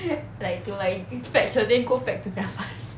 like to like fetch her then go back to drive us